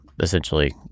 essentially